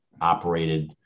operated